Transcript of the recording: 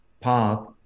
path